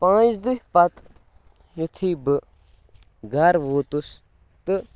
پانٛژھِ دۄہہِ پتہٕ یُتھُے بہٕ گَرٕ ووتُس تہٕ